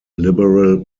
liberal